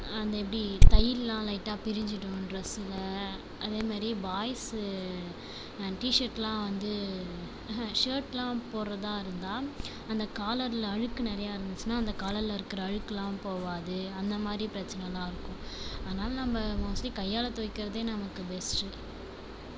அந்த எப்படி தையலெலாம் லைட்டாக பிரிஞ்சுடும் ட்ரெஸ்ஸில் அதேமாதிரி பாய்ஸு டீஷேர்ட்லாம் வந்து ம்ஹும் ஷேர்ட்லாம் போடுறதா இருந்தால் அந்த காலரில் அழுக்கு நிறையா இருந்துச்சுன்னால் அந்த காலரில் இருக்கிற அழுக்கெலாம் போகாது அந்தமாதிரி பிரச்சனைலாம் இருக்கும் அதனாலே நம்ம மோஸ்ட்லி கையால் துவைக்கிறதே நமக்கு பெஸ்ட்டு